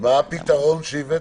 מה הפתרון שהבאתם?